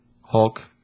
Hulk